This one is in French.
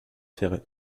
ferrée